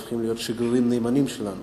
הופכים להיות שגרירים נאמנים שלנו